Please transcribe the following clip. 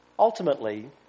Ultimately